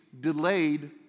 delayed